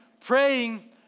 praying